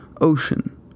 ocean